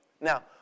Now